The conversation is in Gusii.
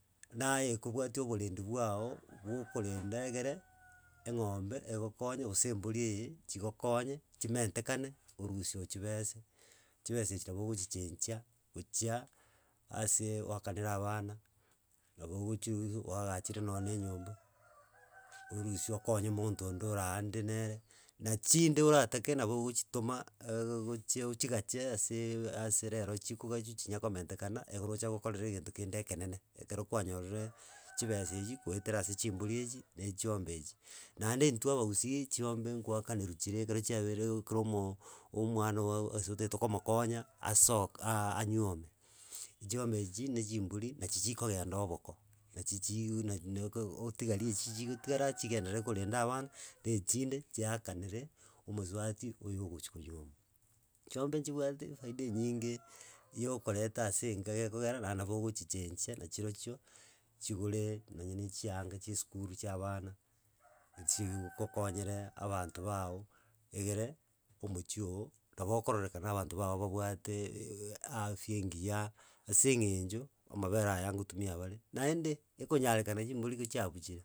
Naye ekobwati oborendi bwao. bokorenda egere engombe egokonye gose embori eye. chingokonye chimentekane. Orusi oo chibese. Chibese ichi nabo ogochichechia gochia ase goakanera abana. nabo ogochie ogachere noenya enyomba. Erusi okonye omonto ande ore ande nere nachinde oratake nabo ogochitoma. ochi ochigache ase ase rero chikogachu. chinye kometekana. Egere oche gokorera egento kende ekenene. Ekero kwa nyorire chibese echwo korwa ase chibori echi ne chiombe. Naende itwe abagusii chiombee goakanirigwe chire ekero chiabeire. ekero omwana oo- otagete gosoka anwome. Chiombe echi ne chibori. nachii chikogenda oboko. na chi- chii ne o- ootigari ichi chigotigara. chingederere korenda abana. ne chinde chiakanere omosubati oyi ogochi konywomwa. Chiombe chibwate efaida enyinge yokoreta ase enka gekogera. ego ogichichechia na chirochio chigore. nonya chianga chie eskuru chia abana. chigokonyere abanto bao. Egere omochieo oo nabo okororekana abanto bao babwate afya engiya. ensengecho. amabere aya gotumia bare. Naende gekonyarekana chimbori ko cha buchire.